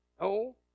No